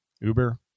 Uber